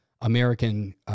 American